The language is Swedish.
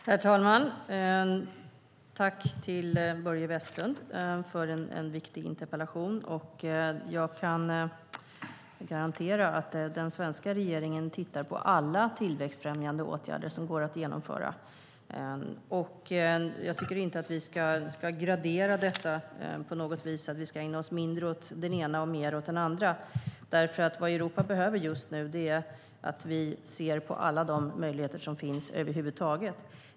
Herr talman! Jag tackar Börje Vestlund för en viktig interpellation. Jag kan garantera att den svenska regeringen tittar på alla tillväxtfrämjande åtgärder som går att genomföra, och jag tycker inte att vi på något vis ska gradera dessa och ägna oss mindre åt det ena och mer åt det andra. Vad Europa behöver just nu är nämligen att vi ser på alla de möjligheter som finns över huvud taget.